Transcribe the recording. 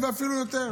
ואפילו יותר.